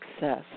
success